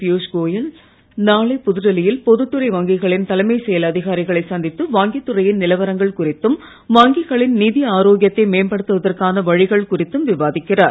பீயுஷ் கோயல் நாளை புதுடில்லி யில் பொதுத்துறை வங்கிகளின் தலைமை செயல் அதிகாரிகளை சந்தித்து வங்கித் துறையின் நிலவரங்கள் குறித்தும் வங்கிகளின் நிதி ஆரோக்கியத்தை மேம்படுத்துவதற்கான வழிகள் குறித்தும் விவாதிக்கிறார்